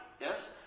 yes